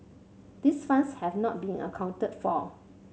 these funds have not been accounted for